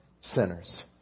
sinners